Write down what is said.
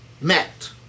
met